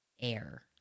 air